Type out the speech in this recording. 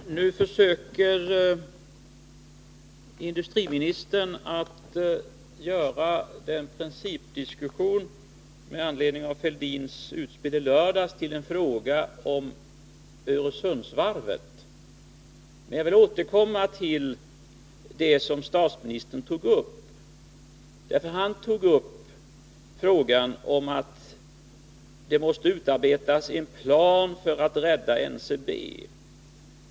Herr talman! Nu försöker industriministern att göra en principdiskussion med anledning av Thorbjörn Fälldins utspel i lördags till en fråga om Öresundsvarvet. Men jag vill återkomma till det som statsministern tog upp. Han sade att det måste utarbetas en plan för att rädda NCB.